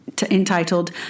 entitled